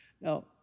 Now